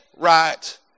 right